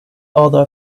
other